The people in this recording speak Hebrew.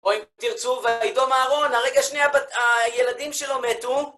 אוי, תרצו, והיום אהרון, הרגע שנייה, הילדים שלו מתו.